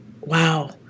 wow